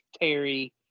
Terry